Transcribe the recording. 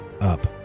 up